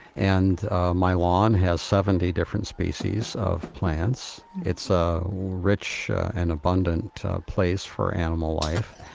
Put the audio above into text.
and my lawn has seventy different species of plants. it's a rich and abundant place for animal life.